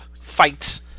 fight